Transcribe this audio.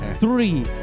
Three